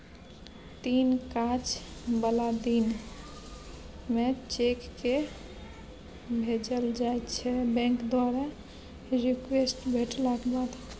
तीन काज बला दिन मे चेककेँ भेजल जाइ छै बैंक द्वारा रिक्वेस्ट भेटलाक बाद